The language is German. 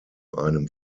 einem